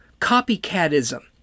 Copycatism